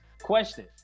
Question